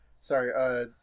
Sorry